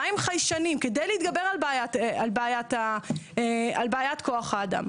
מה עם חיישנים כדי להתגבר על בעיית כוח האדם.